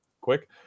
quick